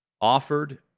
offered